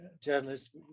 journalists